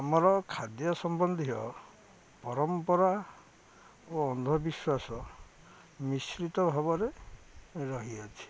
ଆମର ଖାଦ୍ୟ ସମ୍ବନ୍ଧୀୟ ପରମ୍ପରା ଓ ଅନ୍ଧବିଶ୍ୱାସ ମିଶ୍ରିତ ଭାବରେ ରହିଅଛି